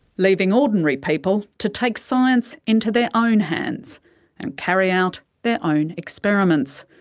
leaving ordinary people to take science into their own hands and carry out their own experiments.